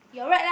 your right lah